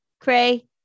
Cray